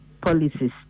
policies